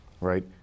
Right